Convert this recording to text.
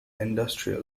industrial